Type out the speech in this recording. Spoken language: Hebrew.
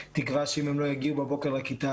תקווה שאם לא יגיעו בבוקר לכיתה,